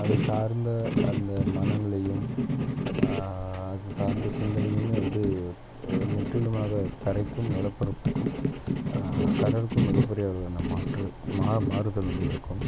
அது சார்ந்த அந்த மன நிலையும் அது சார்ந்த சிந்தனையுமே வந்து முற்றிலுமாக தரைக்கும் நிலப்பரப்புக்கும் கடலுக்கும் மிகப்பெரிய அளவு இந்த மாற்று மா மாறுதல் வந்து இருக்கும்